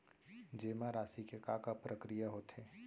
जेमा राशि के का प्रक्रिया होथे?